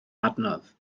adnodd